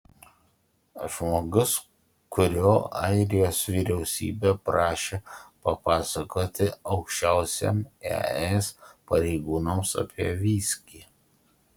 žmogus kurio airijos vyriausybė prašė papasakoti aukščiausiems es pareigūnams apie viskį